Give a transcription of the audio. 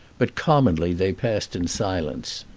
but commonly they passed in silence.